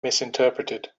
misinterpreted